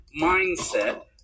mindset